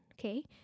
Okay